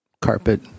Carpet